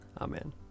Amen